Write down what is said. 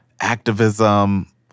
activism—